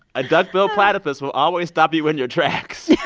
a duck-billed platypus will always stop you in your tracks yeah